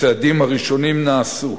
הצעדים הראשונים נעשו,